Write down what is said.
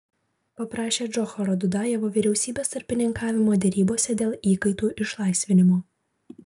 paprašė džocharo dudajevo vyriausybės tarpininkavimo derybose dėl įkaitų išlaisvinimo